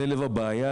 זה לב הבעיה.